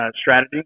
strategy